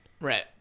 Right